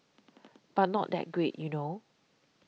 but not that great you know